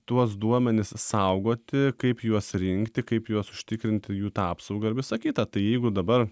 tuos duomenis saugoti kaip juos rinkti kaip juos užtikrinti jų tą apsaugą visą kitą tai jeigu dabar